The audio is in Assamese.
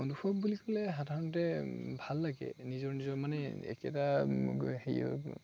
অনুভৱ বুলি ক'লে সাধাৰণতে ভাল লাগে নিজৰ নিজৰ মানে একেটা হেৰি আৰু